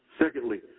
Secondly